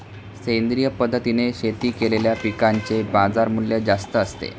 सेंद्रिय पद्धतीने शेती केलेल्या पिकांचे बाजारमूल्य जास्त असते